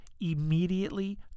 immediately